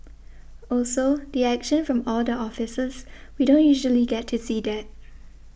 also the action from all the officers we don't usually get to see that